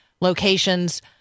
locations